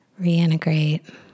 reintegrate